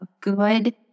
good